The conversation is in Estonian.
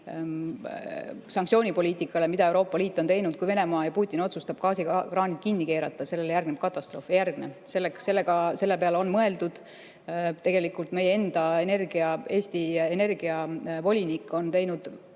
sanktsioonipoliitikale, mida Euroopa Liit on teinud, et kui Venemaa ja Putin otsustavad gaasikraanid kinni keerata, siis sellele järgneb katastroof. Ei järgne. Selle peale on mõeldud. Tegelikultmeie enda, Eesti energiavolinikon teinud